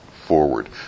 forward